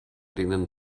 denen